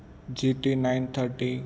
ઝીટી nine thirty